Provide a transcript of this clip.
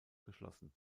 geschlossen